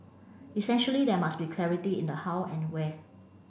essentially there must be clarity in the how and where